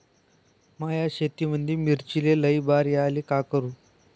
माया शेतामंदी मिर्चीले लई बार यायले का करू?